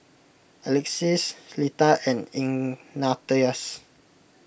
Alexys Litha and Ignatius